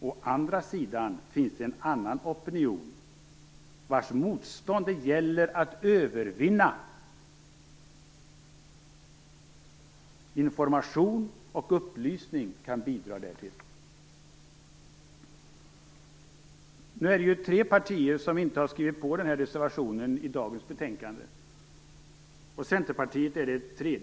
Å andra sidan finns också en annan opinion, vars motstånd det gäller att övervinna. Information och upplysning kan bidra härtill." Nu är det ju tre partier som inte har skrivit på den här reservationen i dagens betänkande, och Centerpartiet är det tredje.